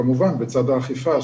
כמובן זה בצד האכיפה,